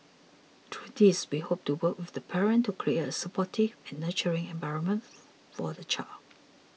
through these we hope to work with the parent to create a supportive and nurturing environment for the child